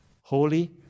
holy